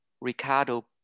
Ricardo